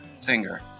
singer